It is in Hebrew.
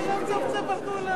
מה קורה בעולם?